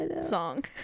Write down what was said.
song